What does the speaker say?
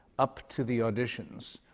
up to the auditions,